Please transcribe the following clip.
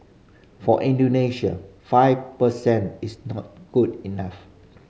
for Indonesia five per cent is not good enough